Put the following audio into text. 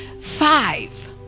five